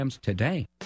today